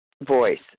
voice